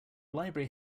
library